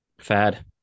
Fad